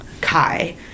Kai